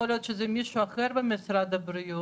יכול להיות שזה אל מישהו אחר במשרד הבריאות.